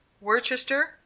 Worcester